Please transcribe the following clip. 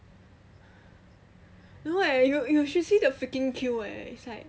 no eh you you should see the freaking queue eh it's like